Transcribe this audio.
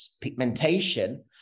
pigmentation